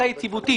יציבותית.